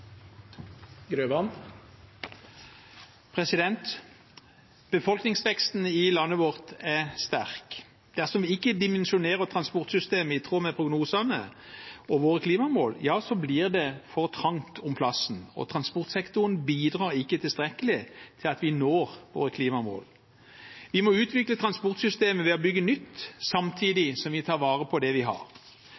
omme. Befolkningsveksten i landet vårt er sterk. Dersom vi ikke dimensjonerer transportsystemet i tråd med prognosene og våre klimamål, blir det for trangt om plassen, og transportsektoren bidrar ikke tilstrekkelig til at vi når våre klimamål. Vi må utvikle transportsystemet ved å bygge nytt samtidig